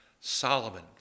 Solomon